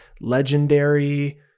legendary